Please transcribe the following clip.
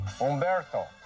Umberto